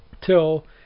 till